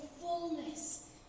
fullness